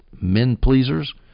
men-pleasers